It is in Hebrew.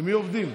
מי עובדים?